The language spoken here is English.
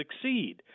succeed